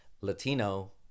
Latino